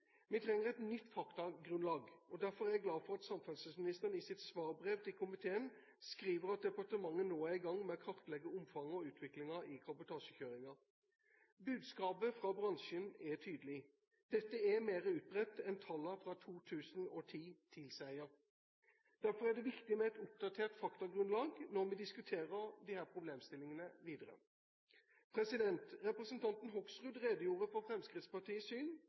Vi trenger et nytt faktagrunnlag, og derfor er jeg glad for at samferdselsministeren i sitt svarbrev til komiteen skriver at departementet nå er i gang med å kartlegge omfanget og utviklingen i kabotasjekjøringen. Budskapet fra bransjen er tydelig: Dette er mer utbredt enn tallene fra 2010 tilsier. Derfor er det viktig med et oppdatert faktagrunnlag når vi diskuterer disse problemstillingene videre. Representanten Hoksrud redegjorde for Fremskrittspartiets syn.